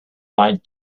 lied